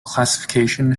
classification